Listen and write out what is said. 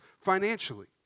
financially